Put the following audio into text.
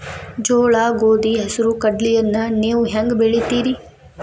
ಜೋಳ, ಗೋಧಿ, ಹೆಸರು, ಕಡ್ಲಿಯನ್ನ ನೇವು ಹೆಂಗ್ ಬೆಳಿತಿರಿ?